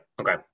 Okay